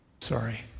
Sorry